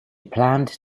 planned